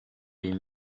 les